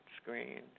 screen